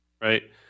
right